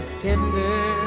tender